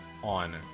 on